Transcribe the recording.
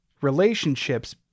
relationships